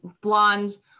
blondes